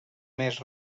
més